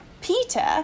Peter